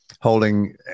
holding